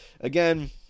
Again